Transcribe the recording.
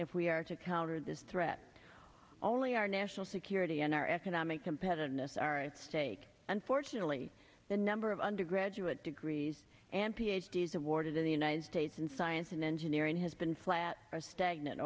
if we are to counter this threat only our national security and our economic competitiveness are at stake unfortunately the number of undergraduate degrees and ph d s awarded in the united states in science and engineering has been flat are stagnant